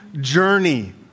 journey